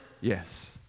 Yes